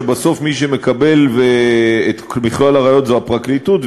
ובסוף מי שמקבל את מכלול הראיות זה הפרקליטות,